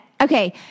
Okay